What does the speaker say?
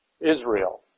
Israel